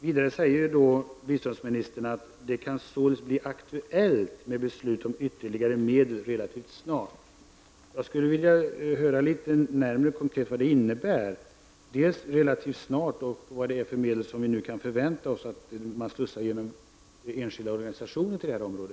Vidare säger biståndsministern att det således kan bli aktuellt med beslut om ytterligare medel relativt snart. Jag skulle vilja höra litet närmare vad detta konkret innebär, dels vad ”relativt snart” innebär, dels vilka medel vi kan förvänta oss att man slussar genom enskilda organisationer till detta område.